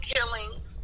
Killings